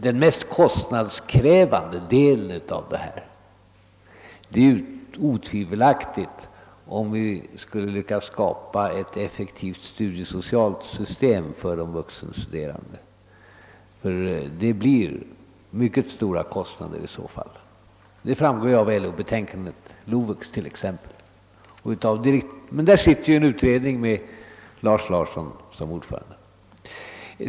Den mest kostnadskrävande delen gäller otvivelaktigt om vi skall lyckas skapa ett effektivt studiesocialt system för de vuxenstuderande. Här blir det fråga om mycket stora kostnader; det framgår exempelvis av LO-betänkandet LOVUX. Men den frågan behandlas ju av en utredning med Lars Larsson som ordförande.